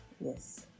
Yes